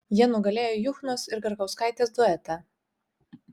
jie nugalėjo juchnos ir garkauskaitės duetą